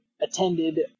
attended